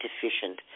deficient